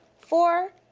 four,